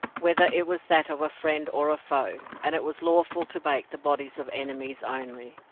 whether it was that of a friend or a foe, and it was lawful to bake the bodies of enemies only.